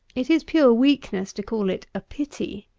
it is pure weakness to call it a pity.